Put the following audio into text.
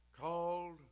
called